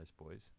boys